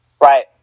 Right